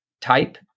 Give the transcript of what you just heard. type